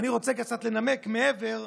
ואני רוצה לנמק מעבר,